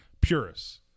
purists